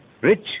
rich